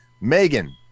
Megan